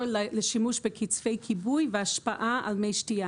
לשימוש בקצפי כיבוי וההשפעה על מי שתייה.